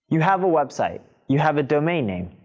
you have a website. you have a domain name.